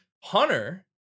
Hunter